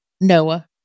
Noah